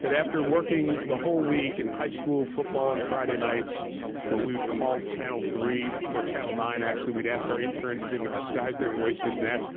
that after working the whole week in high school, football on friday nights where we would call channel three or channel nine actually, we'd ask our interns if they can disguise their voices and ask,